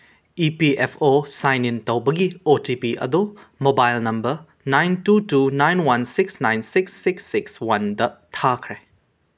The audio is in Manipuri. E P F O sign in ꯇꯧꯕꯒꯤ ꯑꯣ ꯇꯤ ꯄꯤ ꯑꯗꯨ mobile number nine two two nine one six nine six six six ꯋꯥꯟꯗ ꯊꯥꯈ꯭ꯔꯦ